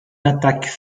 attaques